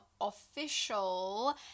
official